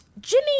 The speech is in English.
Jimmy